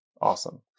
awesome